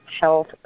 health